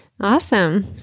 Awesome